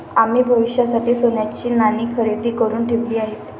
आम्ही भविष्यासाठी सोन्याची नाणी खरेदी करुन ठेवली आहेत